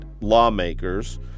lawmakers